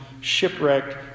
shipwrecked